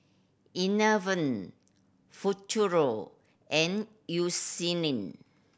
Enervon Futuro and